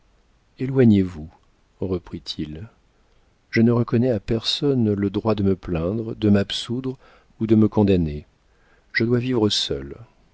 éloignez-vous reprit-il je ne reconnais à personne de droit de me plaindre de m'absoudre ou de me condamner je dois vivre seul